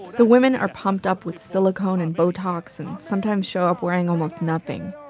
the women are pumped up with silicone and botox and sometimes show up wearing almost nothing.